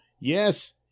yes